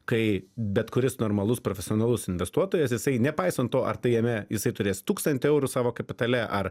kai bet kuris normalus profesionalus investuotojas jisai nepaisant to ar tai jame jisai turės tūkstantį eurų savo kapitale ar